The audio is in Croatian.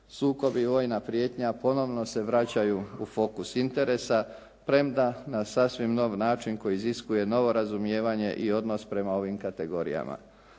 sukobi, vojna prijetnja ponovno se vraćaju u fokus interesa premda na sasvim nov način koji iziskuje novo razumijevanje i odnos prema ovim kategorijama.